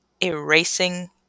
erasing